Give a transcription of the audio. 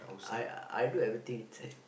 I I do everything inside